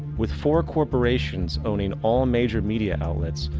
with four corporations owning all major media outlets,